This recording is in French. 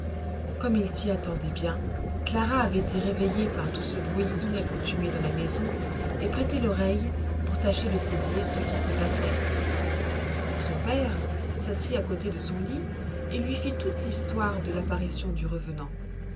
comme il s'y attendait bien clara avait été réveillée par tout ce bruit inaccoutumé dans la maison et prêtait l'oreille pour tâcher de saisir ce qui se passait son père s'assit à côté de son lit et lui fit toute l'histoire de l'apparition du revenant